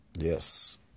Yes